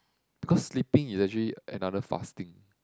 because sleeping is actually another fasting